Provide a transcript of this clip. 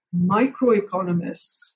microeconomists